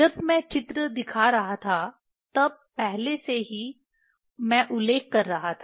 जब मैं चित्र दिखा रहा था तब पहले से ही मैं उल्लेख कर रहा था